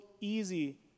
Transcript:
easy